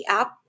app